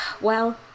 Well-